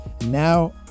Now